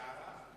אפשר הערה?